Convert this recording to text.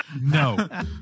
no